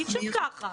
אי-אפשר כך.